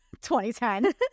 2010